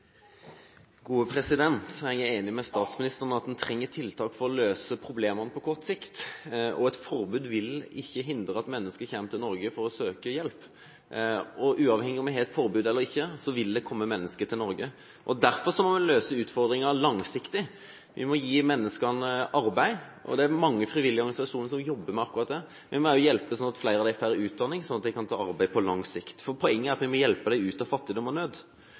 enig med statsministeren i at man trenger tiltak for å løse problemene på kort sikt. Et forbud vil ikke hindre at mennesker kommer til Norge for å søke hjelp. Uavhengig av om vi har et forbud eller ikke, vil det komme mennesker til Norge. Derfor må vi løse denne langsiktige utfordringen. Vi må gi menneskene arbeid, og det er mange frivillige organisasjoner som jobber med akkurat det. Vi må også hjelpe sånn at flere av dem får utdanning, slik at de på lang sikt kan få arbeid. Poenget er at vi må hjelpe dem ut av fattigdom og nød.